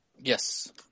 Yes